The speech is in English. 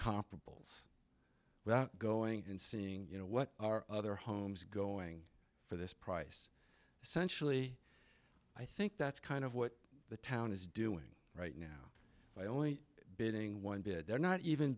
comparables without going and seeing you know what are other homes going for this price essentially i think that's kind of what the town is doing right now by only bidding one bid they're not even